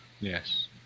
yes